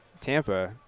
Tampa